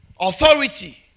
authority